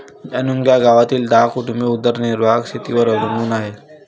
जाणून घ्या गावातील दहा कुटुंबे उदरनिर्वाह शेतीवर अवलंबून आहे